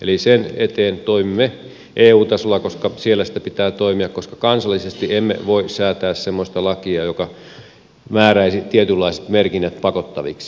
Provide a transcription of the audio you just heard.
eli sen eteen toimimme eu tasolla koska siellä sitä pitää toimia koska kansallisesti emme voi säätää semmoista lakia joka määräisi tietynlaiset merkinnät pakottaviksi